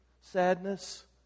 sadness